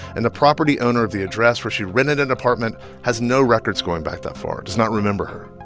and the property owner of the address where she rented an apartment has no records going back that far, does not remember her.